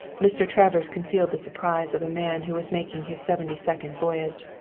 mr. travers concealed the surprise of a man who was making his seventy-second voyage.